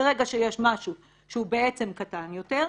ברגע שיש משהו שהוא קטן יותר,